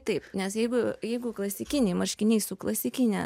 taip nes jeigu jeigu klasikiniai marškiniai su klasikine